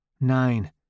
Nine